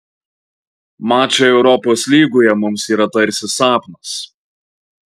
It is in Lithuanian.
mačai europos lygoje mums yra tarsi sapnas